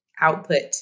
output